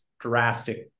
drastic